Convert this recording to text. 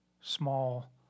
small